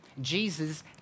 Jesus